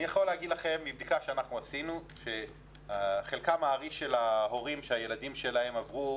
מבדיקה שעשינו חלקם הארי של ההורים שהילדים שלהם עברו